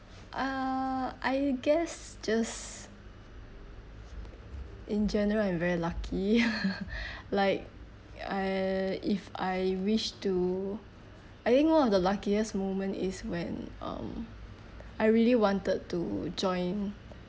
uh I guess just in general I'm very lucky like I if I wished to I think one of the luckiest moment is when um I really wanted to join